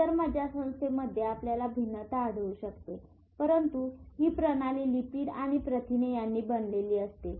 इतर मज्जासंस्थेमध्ये आपल्याला भिन्नता आढळू शकते शकते परंतु ही प्रणाली लिपिड आणि प्रथिने यांनी बनलेली असते